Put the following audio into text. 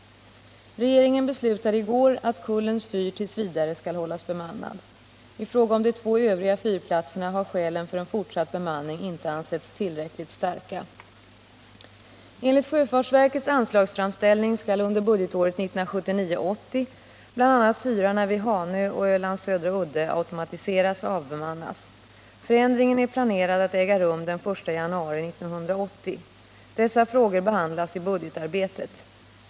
Regeringen beslutade i går att Kullens fyr t. v. skall hållas bemannad. I fråga om de två övriga fyrplatserna har skälen för en fortsatt bemanning inte ansetts tillräckligt starka. Enligt sjöfartsverkets anslagsframställning skall under budgetåret 1979/80 bl.a. fyrarna vid Hanö och Ölands södra udde automatiseras och avbemannas. Förändringen är planerad att äga rum den 1 januari 1980. Dessa frågor behandlas i budgetarbetet.